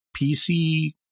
PC